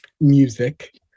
music